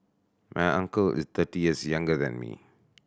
my uncle is thirty years younger than me